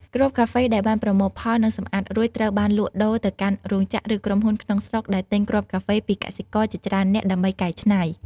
គ្រាប់កាហ្វេដែលបានប្រមូលផល និងសម្អាតរួចត្រូវបានលក់ដូរទៅកាន់រោងចក្រ ឬក្រុមហ៊ុនក្នុងស្រុកដែលទិញគ្រាប់កាហ្វេពីកសិករជាច្រើននាក់ ដើម្បីកែច្នៃ។